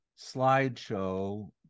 slideshow